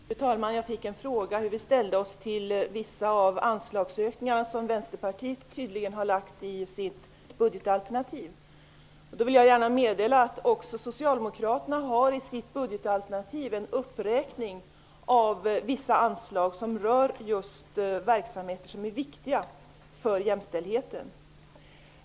Fru talman! Jag fick en fråga om hur vi ställer oss till vissa av de förslag om anslagsökningar som Vänsterpartiet tydligen har lagt fram i sitt budgetalternativ. Jag vill gärna meddela att även Socialdemokraterna i sitt budgetalternativ har en uppräkning av vissa anslag som rör just verksamheter som är viktiga för jämställdheten.